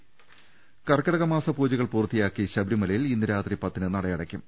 രുവെട്ടിരു കർക്കിടക മാസ പൂജകൾ പൂർത്തിയാക്കി ശബരിമലയിൽ ഇന്ന് രാത്രി പത്തിന് നട അടയ്ക്കും